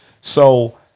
So-